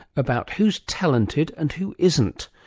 about who's talented and who isn't.